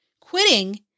Quitting